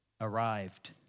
arrived